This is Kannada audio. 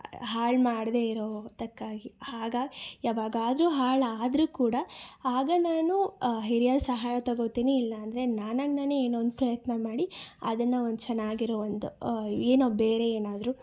ಹಾಳು ಮಾಡದೇ ಇರೋದಕ್ಕಾಗಿ ಆಗ ಯಾವಾಗಾದ್ರೂ ಹಾಳಾದರೂ ಕೂಡ ಆಗ ನಾನು ಹಿರಿಯರ ಸಹಾಯ ತಗೊತೀನಿ ಇಲ್ಲ ಅಂದರೆ ನಾನಾಗಿ ನಾನೇ ಏನೋ ಒಂದು ಪ್ರಯತ್ನ ಮಾಡಿ ಅದನ್ನು ಒಂದು ಚೆನ್ನಾಗಿರೊ ಒಂದು ಏನೊ ಬೇರೆ ಏನಾದರೂ